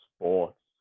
sports